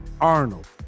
Arnold